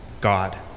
God